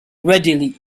readily